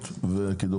המסמך.